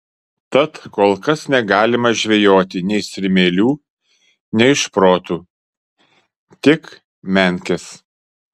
tad kol kas negalima žvejoti nei strimelių nei šprotų tik menkes